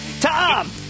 Tom